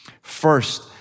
First